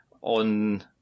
on